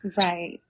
Right